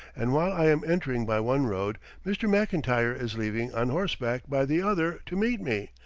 and while i am entering by one road, mr. mcintyre is leaving on horseback by the other to meet me,